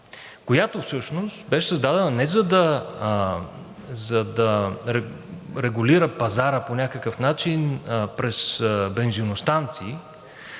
която всъщност беше създадена не за да регулира пазара по някакъв начин през бензиностанции,